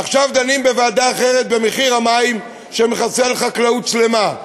עכשיו דנים בוועדה אחרת במחיר המים שמחסל חקלאות שלמה.